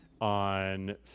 on